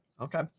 okay